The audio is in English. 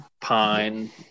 pine